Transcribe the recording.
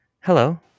hello